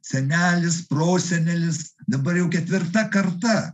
senelis prosenelis dabar jau ketvirta karta